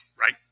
Right